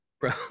bro